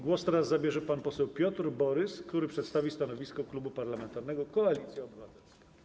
Głos teraz zabierze pan poseł Piotr Borys, który przedstawi stanowisko Klubu Parlamentarnego Koalicja Obywatelska.